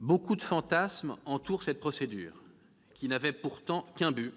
Beaucoup de fantasmes entourent cette procédure, qui n'avait pourtant qu'un but :